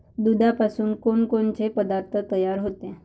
दुधापासून कोनकोनचे पदार्थ तयार होते?